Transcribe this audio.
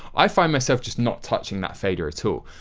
i find myself just not touching that fader at so